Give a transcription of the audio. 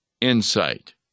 insight